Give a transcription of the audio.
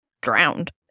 drowned